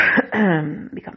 become